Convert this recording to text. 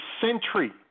century